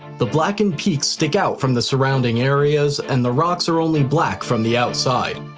the blackened peaks stick out from the surrounding areas and the rocks are only black from the outside.